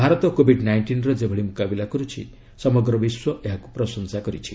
Bharat covid ନାଇଷ୍ଟିନ୍ର ଯେଭଳି ମୁକାବିଲା କରୁଛି ସମଗ୍ର ବିଶ୍ୱ ଏହାକୁ ପ୍ରଶଂସା କରିଛି